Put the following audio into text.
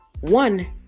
one